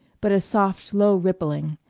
but a soft, low rippling,